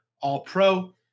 All-Pro